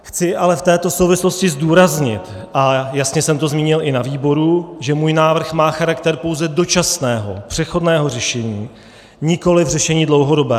Chci ale v této souvislosti zdůraznit, a jasně jsem to zmínil i na výboru, že můj návrh má charakter pouze dočasného, přechodného řešení, nikoliv řešení dlouhodobého.